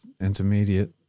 Intermediate